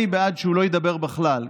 אני בעד שהוא לא ידבר בכלל.